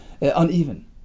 uneven